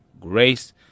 Grace